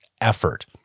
effort